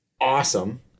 Awesome